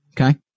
okay